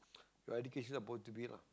your education about to be lah